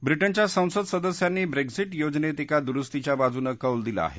व्रिटनच्या संसद सदस्यांनी ब्रेग्झिट योजनेत एका दुरुस्तीच्या बाजूनं कौल दिला आहे